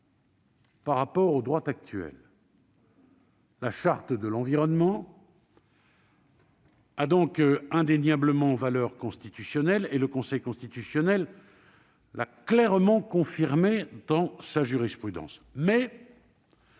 par rapport au droit actuel. La Charte de l'environnement a donc indéniablement une valeur constitutionnelle, le Conseil constitutionnel l'a clairement confirmé dans sa jurisprudence. Mais